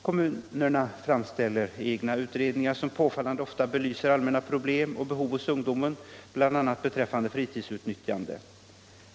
Kommunerna framställer egna utredningar, som påfallande ofta belyser allmänna problem och behov hos ungdomen, bl.a. beträffande fritidsutnyttjande.